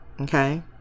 okay